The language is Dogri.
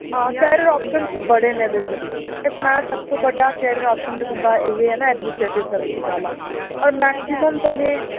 हां करियर आप्शन ते बड़े न इदे च इसलै सब तों बड्डा करियर आप्शन ते तुं'दा एह् ई ऐ ना ऐडमिनिस्ट्रेटिव सर्विसिस आह्ला और मैक्सिमम तुसें